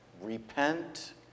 Repent